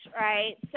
right